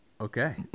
Okay